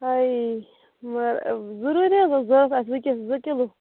ہاے مگر ضروٗری حظ اوس ضوٚرتھ ؤنکینَس زٕ کِلوٗ